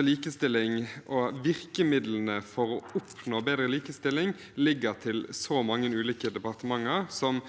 likestilling og virkemidlene for å oppnå bedre likestilling ligger til så mange ulike departementer, som